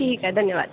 ठीक ऐ धन्यबाद